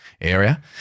area